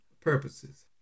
purposes